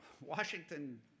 Washington